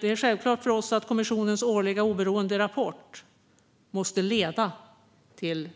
Det är självklart för oss att kommissionens årliga oberoende rapport måste leda till